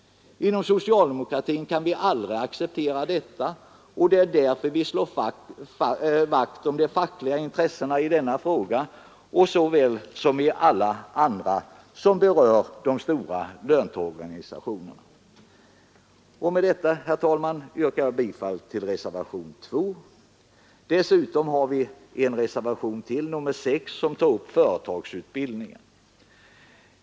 Inom socialdemokratin kan vi aldrig acceptera detta, och det är därför vi slår vakt om de fackliga intressena i denna fråga såväl som i alla andra frågor som berör de stora löntagarorganisationerna. Med detta, herr talman, yrkar jag bifall till reservationen 2. Vi har också en reservation 6 om företagsutbildning.